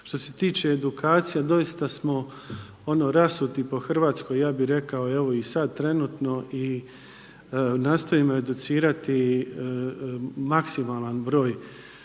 Što se tiče edukacije doista smo rasuti po Hrvatskoj, ja bih rekao evo i sada trenutno i nastojimo educirati maksimalan broj